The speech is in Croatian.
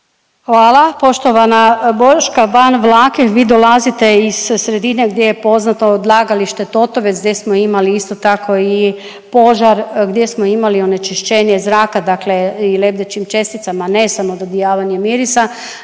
Hvala. Poštovana Boška Ban Vlahek vi dolazite iz sredine gdje je poznato odlagalište Totovec gdje smo imali isto tako i požar, gdje smo imali onečišćenje zraka, dakle i lebdećim česticama ne samo dodijavanje mirisa.